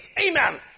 Amen